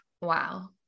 Wow